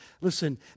Listen